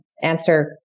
answer